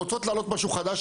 רוצות להעלות משהו חדש,